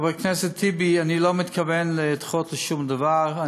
חבר הכנסת טיבי, אני לא מתכוון לדחות שום דבר.